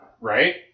Right